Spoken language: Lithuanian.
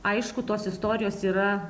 aišku tos istorijos yra